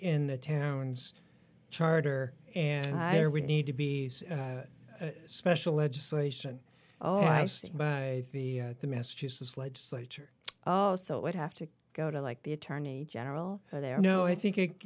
in the town's charter and i or we need to be special legislation oh i see by the the massachusetts legislature oh so it would have to go to like the attorney general there no i think